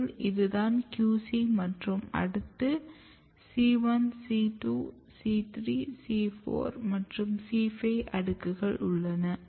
இதில் இதுதான் QC மற்றும் அடுத்து C1C2C3C4 மற்றும் C5 அடுக்குகள் உள்ளன